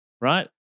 right